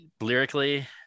lyrically